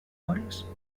hores